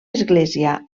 església